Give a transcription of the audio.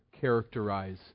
characterize